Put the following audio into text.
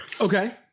Okay